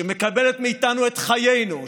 שמקבלת מאיתנו את חיינו,